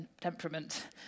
temperament